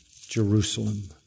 Jerusalem